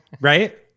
Right